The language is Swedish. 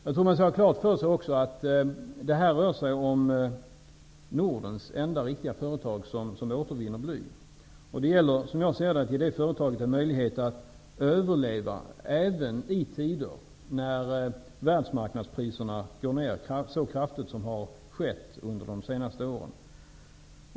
Jag tror också att man skall ha klart för sig att det här rör sig om Nordens enda riktiga företag som återvinner bly. Det gäller som jag ser det att ge det företaget en möjlighet att överleva även i tider när världsmarknadspriserna går ned så kraftigt som har skett under de senaste åren.